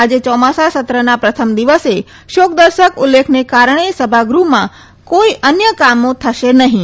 આજે ચોમાસા સત્રના પ્રથમ દિવસે શોકદર્શક ઉલ્લેખને કારણે સભાગૃહમાં કોઈ અન્ય કામો થશે નહીં